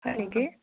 হয় নেকি